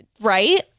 right